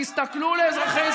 אתה מגרש את